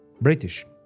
British